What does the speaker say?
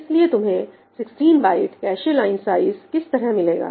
इसलिए तुम्हें 16 byte cache line size किस तरह मिलेगा